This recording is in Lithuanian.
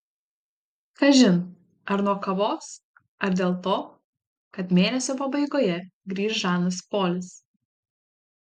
kažin ar nuo kavos ar dėl to kad mėnesio pabaigoje grįš žanas polis